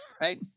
Right